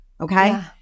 okay